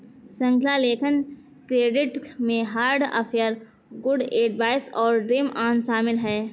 श्रृंखला लेखन क्रेडिट में हार्ट अफेयर, गुड एडवाइस और ड्रीम ऑन शामिल हैं